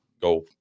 go